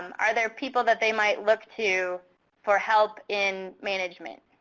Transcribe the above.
are there people that they might look to for help in management?